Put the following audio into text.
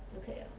不可以 ah